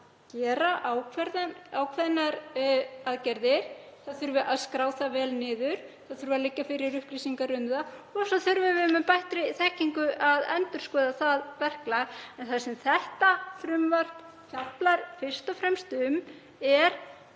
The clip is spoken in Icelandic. að gera ákveðnar aðgerðir, það þurfi að skrá það vel niður, það þurfi að liggja fyrir upplýsingar um það og svo þurfum við með bættri þekkingu að endurskoða það verklag. Það sem frumvarpið fjallar fyrst og fremst um er